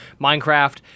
Minecraft